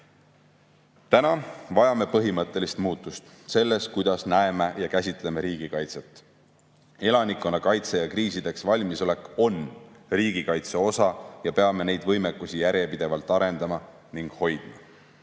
vajame põhimõttelist muutust selles, kuidas näeme ja käsitleme riigikaitset. Elanikkonnakaitse ja kriisideks valmisolek on riigikaitse osa ja peame neid võimekusi järjepidevalt arendama ning hoidma.